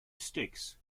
sticks